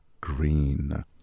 Green